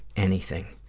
anything.